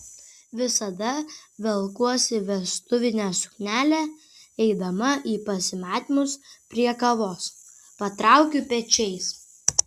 visada velkuosi vestuvinę suknelę eidama į pasimatymus prie kavos patraukiu pečiais